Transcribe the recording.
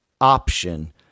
option